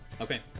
Okay